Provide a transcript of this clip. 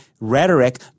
rhetoric